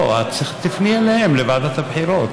לא, תפני אליהם, אל ועדת הבחירות.